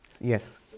Yes